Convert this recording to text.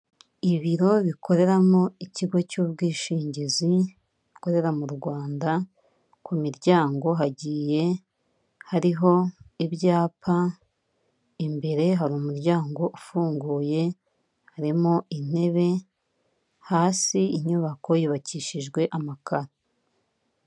Ibiro bikoreramo ikigo cy'ubwishingizi bikorera mu Rwanda, ku miryango hagiye hariho ibyapa, imbere hari umuryango ufunguye harimo intebe, hasi inyubako yubakishijwe amakaro.